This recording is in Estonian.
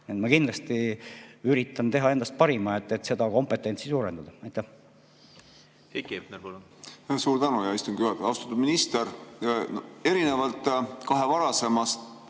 Ma kindlasti üritan teha endast parima, et seda kompetentsi suurendada. Heiki